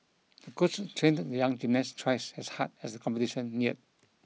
the coach trained the young gymnast twice as hard as the competition neared